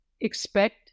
Expect